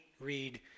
read